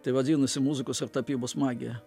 tai vadinasi muzikos ir tapybos magija